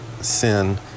sin